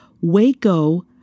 Waco